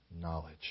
knowledge